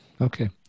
Okay